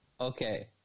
okay